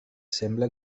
sembla